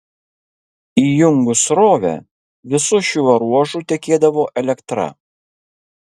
įjungus srovę visu šiuo ruožu tekėdavo elektra